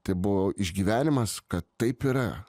tai buvo išgyvenimas kad taip yra